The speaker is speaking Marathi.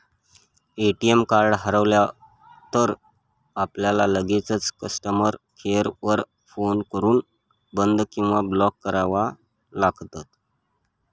ए.टी.एम कार्ड हरवलं तर, आपल्याला लगेचच कस्टमर केअर वर फोन करून बंद किंवा ब्लॉक करावं लागतं